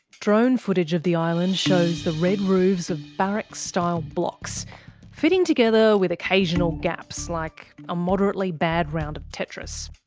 drone footage of the island shows the red roofs of barracks-style blocks fitting together with occasional gaps, like a moderately bad round of tetris.